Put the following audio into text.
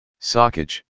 Sockage